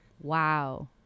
Wow